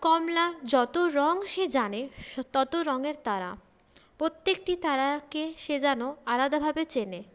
কমলা যত রঙ সে জানে তত রঙের তারা প্রত্যেকটি তারাকে সে যেন আলাদাভাবে চেনে